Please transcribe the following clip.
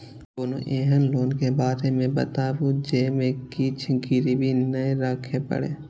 कोनो एहन लोन के बारे मे बताबु जे मे किछ गीरबी नय राखे परे?